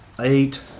Eight